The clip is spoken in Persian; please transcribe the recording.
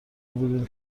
بودیم